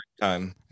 time